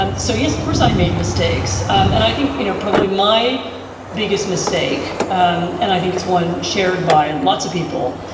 um so, yes, chris, i made mistakes. um and i think, you know, probably my biggest mistake um and i think it's one shared by lots of people.